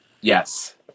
Yes